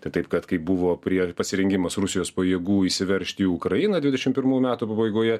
tai taip kad kaip buvo prie pasirengimas rusijos pajėgų įsiveržti į ukrainą dvidešimt pirmų metų pabaigoje